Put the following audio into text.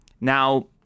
Now